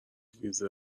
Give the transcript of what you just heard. فریزر